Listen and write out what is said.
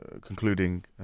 concluding